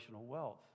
wealth